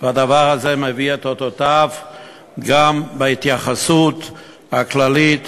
והדבר הזה מביא את אותותיו גם בהתייחסות הכללית